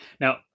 Now